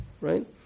right